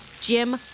Jim